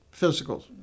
physicals